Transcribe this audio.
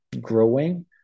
growing